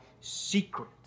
secret